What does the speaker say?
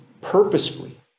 purposefully